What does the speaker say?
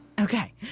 okay